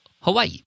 Hawaii